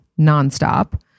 nonstop